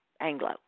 Anglo